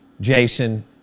Jason